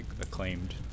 acclaimed